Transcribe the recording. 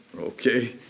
Okay